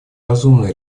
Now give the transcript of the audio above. разумные